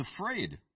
afraid